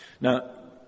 Now